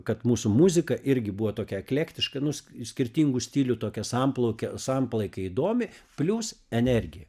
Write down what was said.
kad mūsų muzika irgi buvo tokia eklektiška nu s skirtingų stilių tokia samplaika samplaika įdomi plius energija